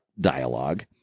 dialogue